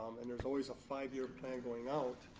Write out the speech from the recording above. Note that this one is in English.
and there's always a five-year plan going on,